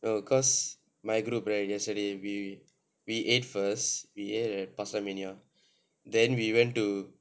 no cause my group right yesterday we we ate first we ate at Pastamania then we went to